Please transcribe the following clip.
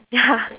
ya